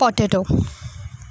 potato